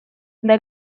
для